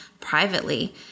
privately